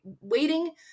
waiting